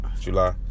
July